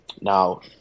Now